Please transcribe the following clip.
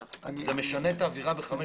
משנה את האווירה בחמש